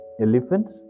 elephants